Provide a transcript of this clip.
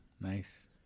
Nice